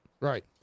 Right